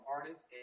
artists